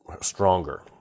stronger